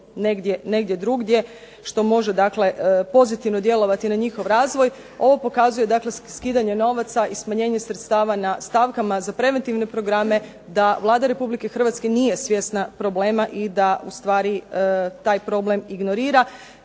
negdje drugdje, što može pozitivno djelovati na njihov razvoj. Ovo pokazuje skidanje novaca i smanjenje sredstava na stavkama za preventivne programe da Vlada Republike Hrvatske nije svjesna problema i da ustvari taj problem ignorira.